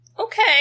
Okay